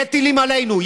יהיו עלינו טילים.